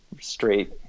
straight